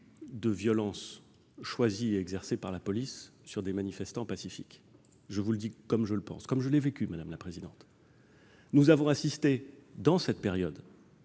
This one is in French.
de violences choisies et exercées par la police sur des manifestants pacifiques. Je vous le dis comme je le pense et comme je l'ai vécu, madame la présidente : nous avons assisté durant cette période-